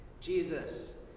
Jesus